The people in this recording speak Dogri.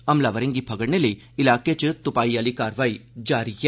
हमलावरे गी फगड़ने लेई इलाके च तुपाई आली कारवाई जारी ऐ